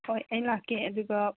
ꯍꯣꯏ ꯑꯩ ꯂꯥꯛꯀꯦ ꯑꯗꯨꯒ